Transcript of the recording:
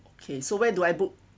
okay so where do I book